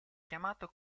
chiamato